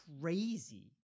crazy